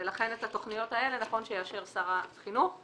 ולכן את התכניות האלה נכון שיאשר שר החינוך.